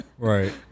Right